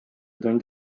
tund